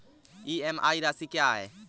EMI राशि क्या है?